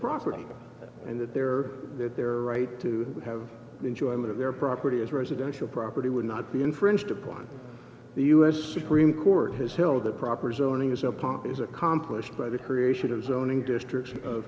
property and that their that their right to have the enjoyment of their property as residential property would not be infringed upon the us supreme court has held that proper zoning is upon is accomplished by the creation of zoning districts